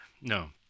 no